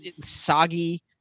soggy